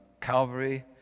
Calvary